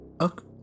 Okay